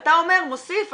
אתה אומר ובצדק,